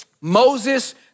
Moses